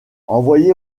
envoyé